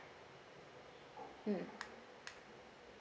mm